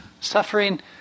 Suffering